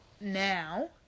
now